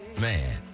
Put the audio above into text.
Man